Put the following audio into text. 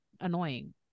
Annoying